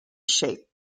shaped